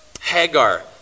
Hagar